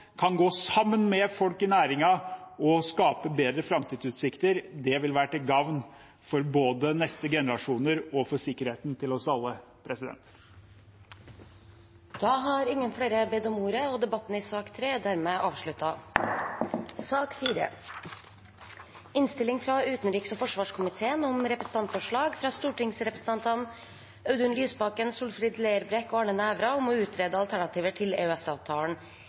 kan gå sammen med folk i næringen og skape bedre framtidsutsikter. Det vil være til gavn både for de neste generasjonene og for sikkerheten til oss alle. Flere har ikke bedt om ordet til sak nr. 3. Etter ønske fra utenriks- og forsvarskomiteen vil presidenten foreslå at taletiden blir begrenset til 5 minutter til hver partigruppe og 5 minutter til